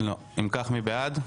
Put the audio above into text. מי בעד,